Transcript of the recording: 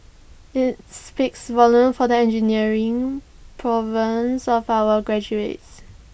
IT speaks volumes for the engineering prowess of our graduates